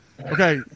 Okay